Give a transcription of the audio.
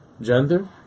gender